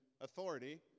authority